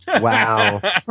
Wow